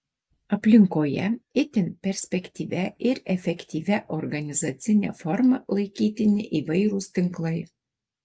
aplinkoje itin perspektyvia ir efektyvia organizacine forma laikytini įvairūs tinklai